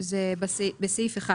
בסעיף (1),